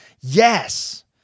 yes